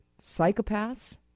psychopaths